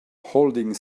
holding